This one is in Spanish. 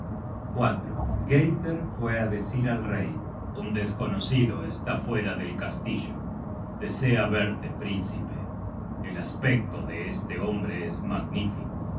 fue á decir al rey un desconocido está fuera del castillo desea verte príncipe el aspecto de este hombre es magnífico